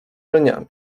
żeniami